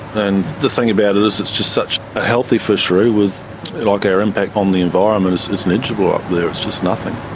and the thing about it is it's just such a healthy fishery with like, our impact on the environment is negligible up there it's just nothing.